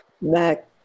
Mac